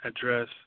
address